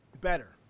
Better